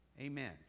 Amen